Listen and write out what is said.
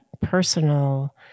personal